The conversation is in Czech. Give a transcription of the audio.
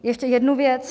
Ještě jednu věc.